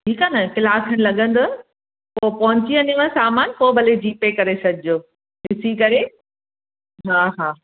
ठीकु आहे न कलाकु खनि लगंदव पोइ पहुची वञेव सामान पोइ भली जी पे करे छॾिजो ॾिसी करे हा हा